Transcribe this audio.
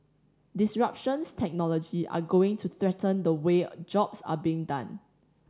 disruptions technology are going to threaten the way jobs are being done